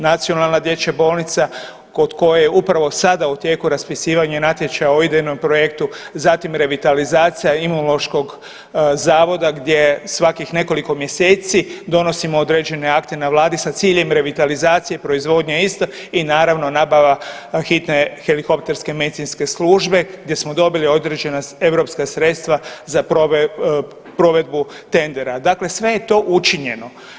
Nacionalna dječja bolnica kod koje je upravo sada u tijeku raspisivanje natječaja o idejnom projektu, zatim revitalizacija Imunološkog zavoda gdje svakih nekoliko mjeseci donosimo određene akte na vladi s ciljem revitalizacije proizvodnje iste i naravno nabava hitne helikopterske medicinske službe gdje smo dobili određena europska sredstva za provedbu tendera, dakle sve je to učinjeno.